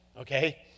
okay